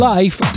Life